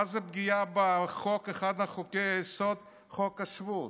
מה זה פגיעה באחד מחוקי היסוד, חוק השבות?